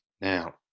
Now